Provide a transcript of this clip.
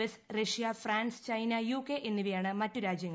S Russia France China UK എന്നിവയാണ് മറ്റു രാജ്യങ്ങൾ